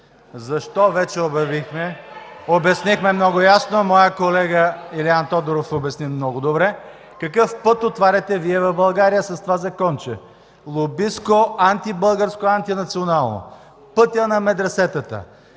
в ГЕРБ.) Обяснихме много ясно. Моят колега Илиан Тодоров обясни много добре какъв път отваряте Вие в България с това законче – лобистко, антибългарско, антинационално – пътят на медресетата.